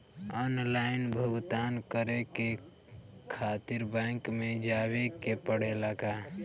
Online भुगतान करे के खातिर बैंक मे जवे के पड़ेला का?